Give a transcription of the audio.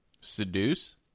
Seduce